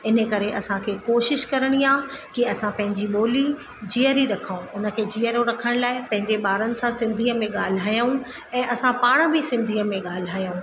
इन करे असांखे कोशिश करणी आहे की असां पंहिंजी ॿोली जीअरी रखूं उन खे जीअरो रखण लाइ पंहिंजे ॿारन सां सिंधीअ में ॻाल्हायूं ऐं असां पाण बि सिंधीअ में ॻाल्हायूं ऐं असां पाण बि सिंधीअ में ॻाल्हायूं